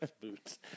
boots